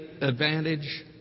advantage